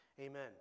amen